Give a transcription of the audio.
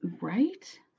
right